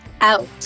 out